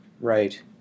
right